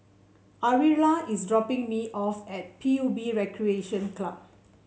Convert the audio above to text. Ariella is dropping me off at P U B Recreation Club